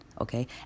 Okay